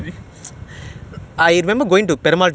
ah the ya ya